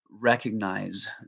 recognize